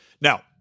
now